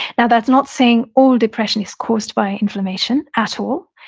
now, that's not saying all depression is caused by inflammation at all.